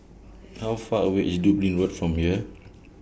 How Far away IS Dublin Road from here